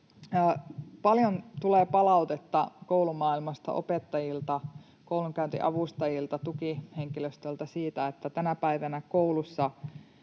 Paljon tulee palautetta koulumaailmasta — opettajilta, koulunkäyntiavustajilta, tukihenkilöstöltä — siitä, että tänä päivänä koulussa